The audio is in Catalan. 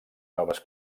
noves